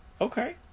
Okay